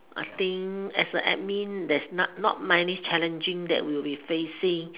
I think as a admin there's not many challenging that we will be facing